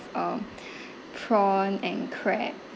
um prawn and crab